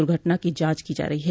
दुर्घटना की जांच की जा रही है